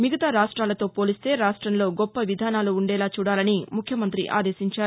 మిగతా రాష్ట్రాలతో పోలిస్తే రాష్టంలో గొప్ప విధానాలు ఉండేలా చూడాలని ముఖ్యమంత్రి ఆదేశించారు